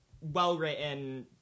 well-written